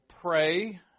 pray